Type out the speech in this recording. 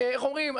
איך אומרים,